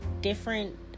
different